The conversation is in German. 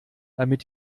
damit